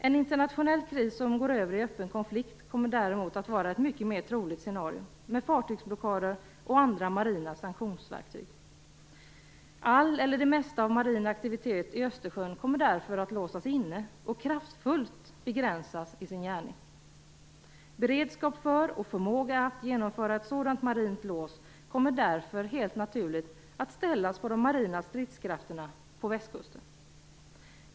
En internationell kris som går över i öppen konflikt kommer däremot att vara det mycket mer troliga scenariot, med fartygsblockader och andra marina sanktionsverktyg. All marin aktivitet i Östersjön kommer därför att låsas inne och kraftfullt begränsas i sin gärning. Beredskap för och förmåga att genomföra ett sådant marint lås kommer därför helt naturligt att ställas på de marina stridskrafterna på västkusten.